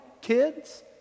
kids